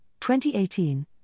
2018